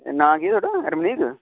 नांऽ केह् थुआढ़ा रमनीत